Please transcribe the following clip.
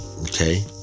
Okay